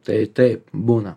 tai taip būna